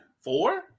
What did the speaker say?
four